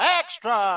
extra